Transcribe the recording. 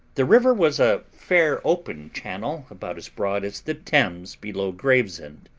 the river was a fair open channel, about as broad as the thames below gravesend,